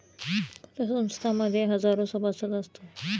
पतसंस्थां मध्ये हजारो सभासद असतात